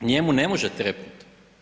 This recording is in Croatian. Njemu ne može trepnut.